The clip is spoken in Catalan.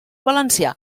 valencià